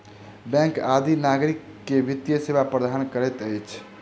bank आदि नागरिक के वित्तीय सेवा प्रदान करैत अछि